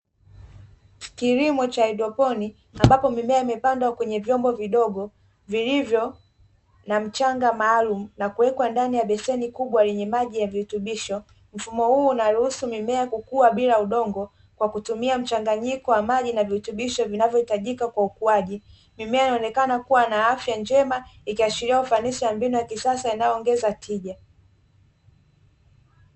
Kilimo cha haidroponi ambapo mimea imepandwa katika vyombo maalumu vilivyo na mchanga na kuwekwa ndani ya beseni kubwa lililo na virutubisho, mfumo huu unaruhusu mimea kukua bila udongo kwa kutumia mchanganyiko wa maji na virutubisho vinavyohitajika kwa ukuaji, mimea inaonekana kuwa na afya njema ikiashiria ufanisj wa mbinu ya kisasa inayoongeza tija.